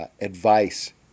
advice